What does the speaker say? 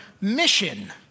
mission